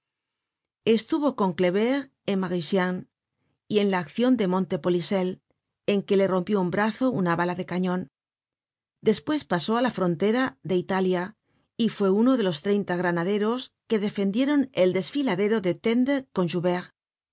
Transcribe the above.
estuvo con kleber en marchiennes y en la accion de monte polisel en que le rompió un brazo una bala de cañon despues pasó á la frontera de italia y fue uno de los treinta granaderos que defendieron el desfiladero de tcnde con